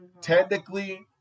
technically